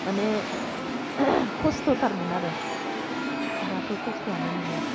माने खसथ'थारमोन आरो दाथ' खस्थआनो नोंला